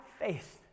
faith